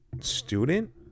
student